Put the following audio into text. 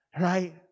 right